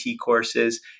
courses